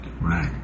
Right